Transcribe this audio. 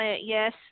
yes